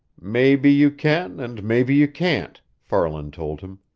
maybe you can and maybe you can't, farland told him.